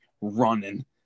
running